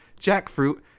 jackfruit